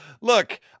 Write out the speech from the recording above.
Look